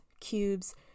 cubes